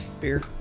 Beer